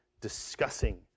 discussing